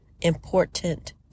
Important